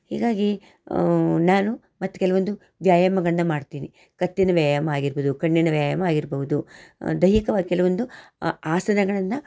ಹೀಗಾಗಿ ನಾನು ಮತ್ತು ಕೆಲವೊಂದು ವ್ಯಾಯಾಮಗಳನ್ನ ಮಾಡ್ತೀನಿ ಕತ್ತಿನ ವ್ಯಾಯಾಮ ಆಗಿರ್ಬೋದು ಕಣ್ಣಿನ ವ್ಯಾಯಾಮ ಆಗಿರಬಹ್ದು ದೈಹಿಕವಾಗಿ ಕೆಲವೊಂದು ಆಸನಗಳನ್ನು